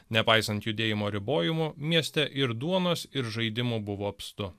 nepaisant judėjimo ribojimo mieste ir duonos ir žaidimų buvo apstu